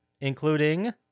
including